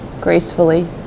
gracefully